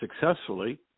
successfully